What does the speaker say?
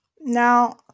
Now